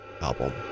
album